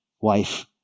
wife